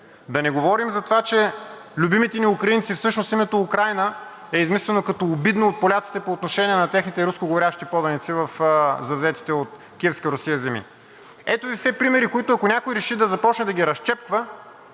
Да не говорим за това, че любимите ни украинци – всъщност името Украйна е измислено като обидно от поляците по отношение на техните рускоговорещи поданици в завзетите от Киевска Русия земи. Ето Ви все примери, които, ако някой реши да започне да ги разчепква,